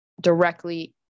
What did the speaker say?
directly